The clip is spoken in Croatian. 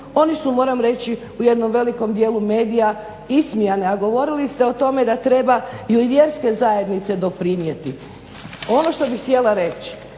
oni su moram reći u jednom velikom dijelu medija ismijane. A govorili ste o tome da trebaju i vjerske zajednice doprinijeti. Ono što bih htjela reći